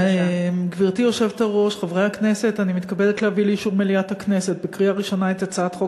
אנחנו עוברים ועוברות לנושא הבא: הצעת חוק